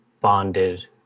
bonded